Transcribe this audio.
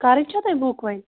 کَرٕنۍ چھو تۄہہِ بُک وۄنۍ